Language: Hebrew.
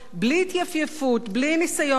בלי ניסיון לטייח את השונות.